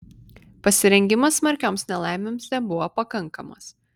pasirengimas smarkioms nelaimėms nebuvo pakankamas